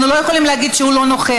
אנחנו לא יכולים להגיד שהוא לא נוכח.